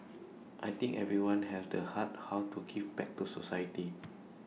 I think everyone has the heart how to give back to society